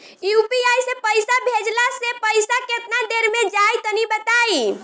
UPI से पईसा भेजलाऽ से पईसा केतना देर मे जाई तनि बताई?